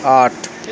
আট